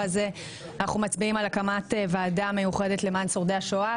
הזה אנחנו מצביעים על הקמת ועדה מיוחדת למען שורדי השואה,